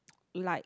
like